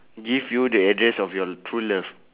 give you the address of your true love